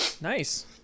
nice